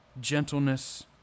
gentleness